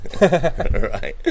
right